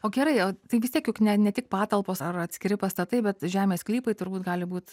o gerai o tai vis tiek juk ne ne tik patalpos ar atskiri pastatai bet žemės sklypai turbūt gali būt